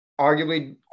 Arguably